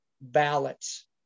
ballots